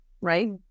Right